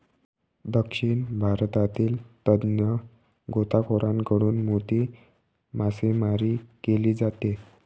दक्षिण भारतातील तज्ञ गोताखोरांकडून मोती मासेमारी केली जाते